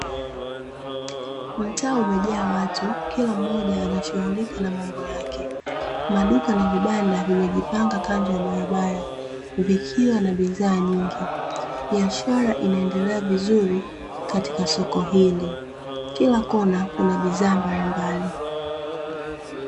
Mtaa umejaa watu kila mmoja anashughulika na mambo yake, maduka na vibanda vimejipanga kando ya barabara vikiwa na bidhaa nyingi, biashara inaendelea vizuri katika soko hili, kila kona kuna bidhaa mbalimbali.